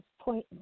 point